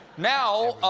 now,